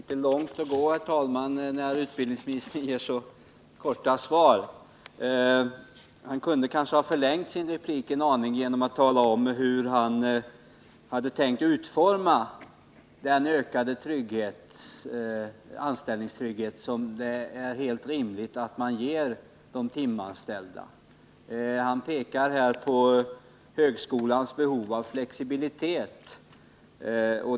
Herr talman! Utbildningsministern gav ett mycket kort svar. Han kunde kanske ha förlängt sin replik en aning genom att tala om hur han hade tänkt utforma den ökade anställningstrygghet som det är rimligt att man ger de timanställda. Utbildningsministern pekar här på högskolans behov av flexibilitet.